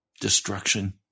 destruction